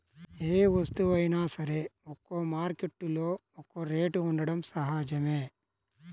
ఏ వస్తువైనా సరే ఒక్కో మార్కెట్టులో ఒక్కో రేటు ఉండటం సహజమే